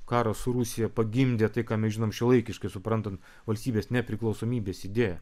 karas su rusija pagimdė tai ką mes žinom šiuolaikiškai suprantam valstybės nepriklausomybės idėją